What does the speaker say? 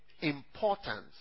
importance